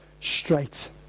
straight